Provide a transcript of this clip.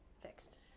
fixed